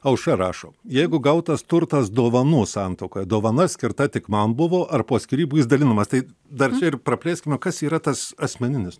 aušra rašo jeigu gautas turtas dovanų santuokoje dovana skirta tik man buvo ar po skyrybų jis dalinamas tai dar čia ir praplėskime kas yra tas asmeninis